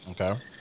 Okay